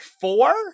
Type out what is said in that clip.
four